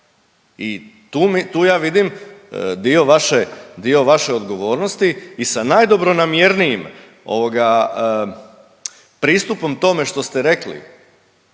i tu ja vidim dio vaše, dio vaše odgovornosti i sa najdobronamjernijim ovoga pristupom tome što ste rekli